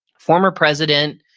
former president,